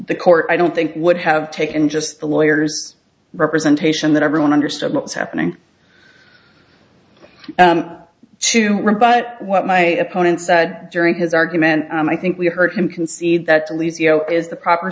the court i don't think would have taken just the lawyers representation that everyone understood what was happening to rebut what my opponent said during his argument i think we heard him concede that the least you know is the proper